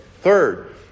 Third